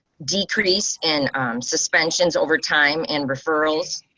decrease in suspensions over time and referrals.